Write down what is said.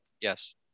Yes